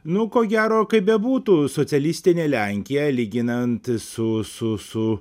nu ko gero kaip bebūtų socialistinė lenkija lyginant su su su